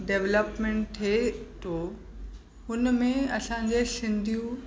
development थिए थो हुन में असांजे सिंधू